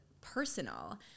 personal